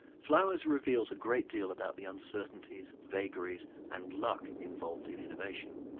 flowers reveals a great deal about the uncertainties, vagaries and luck involved in innovation.